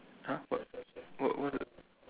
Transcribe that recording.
!huh! what what what th~